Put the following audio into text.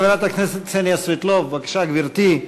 חברת הכנסת קסניה סבטלובה, בבקשה, גברתי.